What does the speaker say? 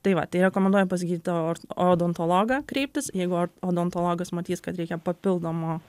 tai va tai rekomenduoju pas gydytoją or odontologą kreiptis jeigu or odontologas matys kad reikia papildomo